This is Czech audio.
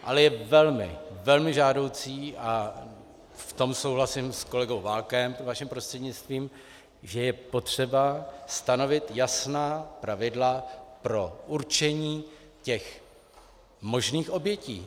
Ale je velmi, velmi žádoucí, a v tom souhlasím s kolegou Válkem vaším prostřednictvím, že je potřeba stanovit jasná pravidla pro určení těch možných obětí.